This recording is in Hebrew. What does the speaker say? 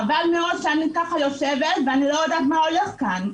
חבל מאוד שאני ככה יושבת ולא יודעת מה הולך כאן.